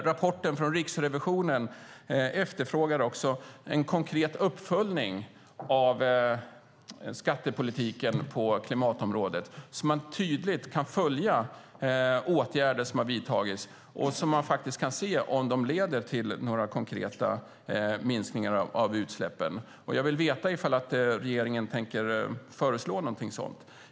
Rapporten från Riksrevisionen efterfrågar också en konkret uppföljning av skattepolitiken på klimatområdet så att man tydligt kan följa åtgärder som har vidtagits och faktiskt kan se om de leder till några konkreta minskningar av utsläppen. Jag vill veta om regeringen tänker föreslå någonting sådant.